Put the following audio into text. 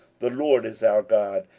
the lord is our god,